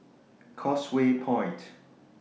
Causeway Point